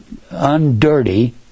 undirty